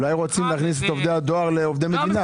אולי הם רוצים להכניס את עובדי הדואר להיות עובדי מדינה.